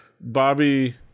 Bobby